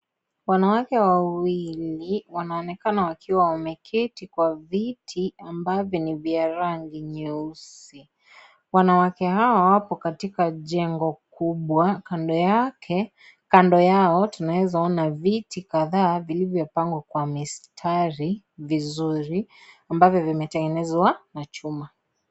Wanawake wawili wanaonekana wakiwa wameketi kwa viti ambavyo ni vya rangi nyeusi. Wanawake hawa wapo katika jengo kubwa kando yake, kando yao tunaweza ona viti kadhaa vilivyopangwa kwa mistari vizuri, ambavyo vimetengenezwa na chuma.